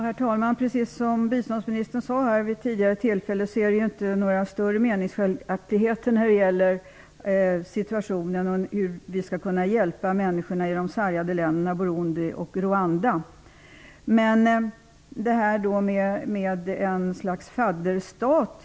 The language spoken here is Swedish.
Herr talman! Det finns inte några större meningsskiljaktligheter mellan oss när det gäller hur vi skall kunna hjälpa människor i de sargade länderna Burundi och Rwanda, precis som biståndsministern sade. Jag talade om ett slags fadderstat.